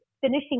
finishing